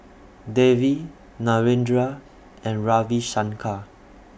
Devi Narendra and Ravi Shankar